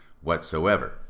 Whatsoever